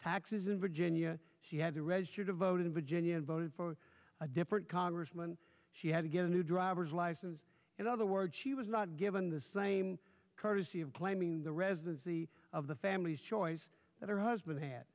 taxes in virginia she had to register to vote in virginia and voted for a different congressman she had to get a new driver's license and other words she was not given the same courtesy of claiming the residency of the family's choice that her h